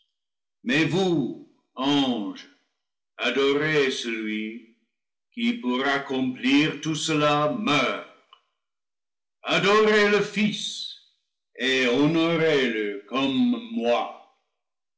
mais vous anges adorez celui qui pour accomplir tout cela meurt adorez le fils et honorez le comme moi